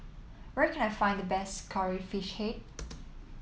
where can I find the best Curry Fish Head